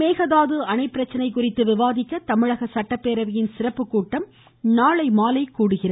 மேகதாது அணை பிரச்னை குறித்து விவாதிக்க தமிழக சட்டப்பேரவையின் சிறப்புகூட்டம் நாளைமாலை கூடுகிறது